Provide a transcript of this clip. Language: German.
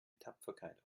tapferkeit